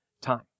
time